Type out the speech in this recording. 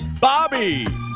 Bobby